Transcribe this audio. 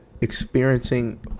experiencing